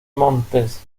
montes